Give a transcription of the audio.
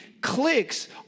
clicks